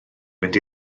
fynd